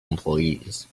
employees